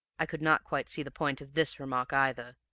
i could not quite see the point of this remark either,